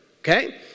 Okay